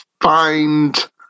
find